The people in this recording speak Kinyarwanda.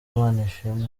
manishimwe